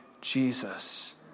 Jesus